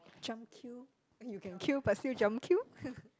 jump queue you can queue but still jump queue